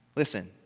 Listen